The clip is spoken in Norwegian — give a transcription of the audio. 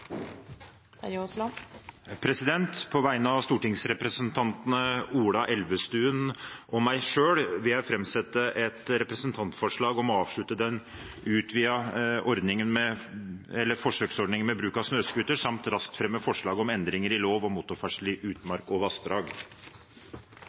Terje Aasland vil fremsette et representantforslag. På vegne av stortingsrepresentantene Ola Elvestuen og meg selv vil jeg fremme et representantforslag om å avslutte det utvidede forsøket med bruk av snøscooter samt endre lov om motorferdsel i